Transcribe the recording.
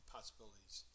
Possibilities